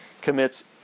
commits